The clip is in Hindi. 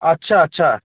अच्छा अच्छा